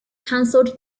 canceled